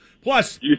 Plus